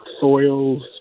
soils